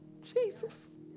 Jesus